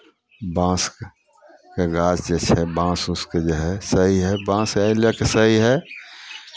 बाँसके गाछ जे छै बाँस उसके जे हइ सही हइ बाँस एहि लऽ कऽ सही हइ